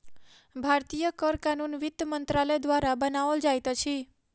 भारतीय कर कानून वित्त मंत्रालय द्वारा बनाओल जाइत अछि